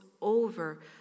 over